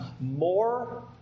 more